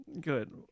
good